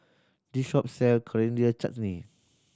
this shop sell Coriander Chutney